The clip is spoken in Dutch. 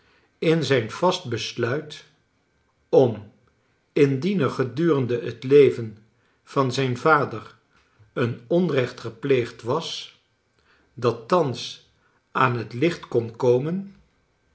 in zijn vast besluit om indien er gedurende het leven van zijn vader een onrecht gepleegd was dat thans aan het licht kon komen